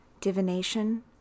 divination